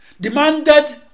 demanded